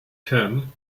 ten